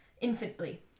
Infinitely